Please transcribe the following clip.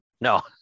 No